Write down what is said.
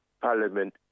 Parliament